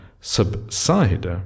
subside